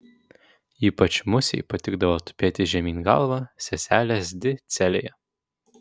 ypač musei patikdavo tupėti žemyn galva seselės di celėje